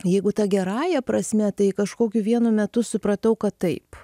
jeigu ta gerąja prasme tai kažkokiu vienu metu supratau kad taip